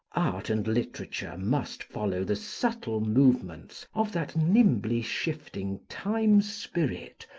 art and literature must follow the subtle movements of that nimbly-shifting time-spirit,